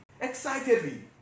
excitedly